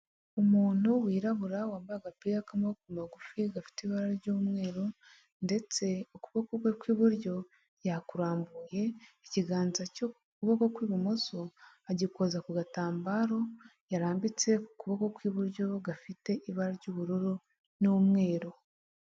Umuntu wirabura wambaye agapira k'amaboko magufi gafite ibara ry'umweru, ndetse ukuboko kwe kw'iburyo yakurambuye ikiganza cyo kuboko kw'ibumoso agikoza ku gatambaro yarambitse ku kuboko kw'iburyo gafite ibara ry'ubururu n'umweru.